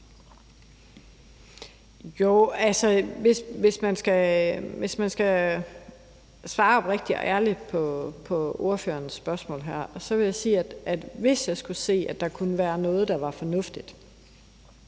Jo, hvis jeg skal svare oprigtigt og ærligt på ordførerens spørgsmål her, og hvis jeg skulle sige, at der kunne være noget, der var fornuftigt,